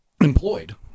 employed